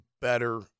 better